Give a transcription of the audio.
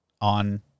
on